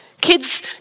Kids